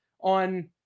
on